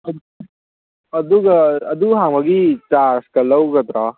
ꯑꯗꯨꯒ ꯑꯗꯨ ꯍꯥꯡꯕꯒꯤ ꯆꯥꯔꯖꯀ ꯂꯧꯒꯗ꯭ꯔꯥ